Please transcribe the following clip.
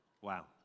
Wow